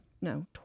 no